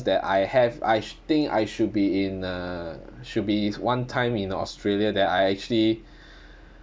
that I have I sh~ think I should be in uh should be is one time in australia that I actually